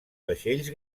vaixells